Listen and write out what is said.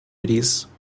release